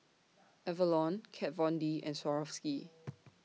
Avalon Kat Von D and Swarovski